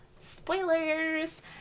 spoilers